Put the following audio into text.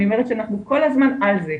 אני אומרת שאנחנו כל הזמן על זה.